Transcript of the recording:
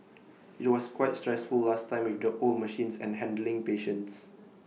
IT was quite stressful last time with the old machines and handling patients